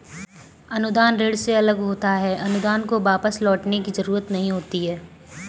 अनुदान ऋण से अलग होता है अनुदान को वापस लौटने की जरुरत नहीं होती है